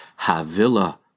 Havila